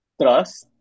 trust